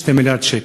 2 מיליארד שקל.